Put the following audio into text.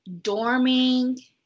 dorming